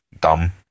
dumb